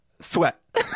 Sweat